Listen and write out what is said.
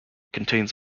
contains